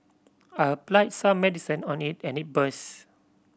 I applied some medicine on it and it burst